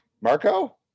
Marco